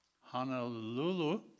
Honolulu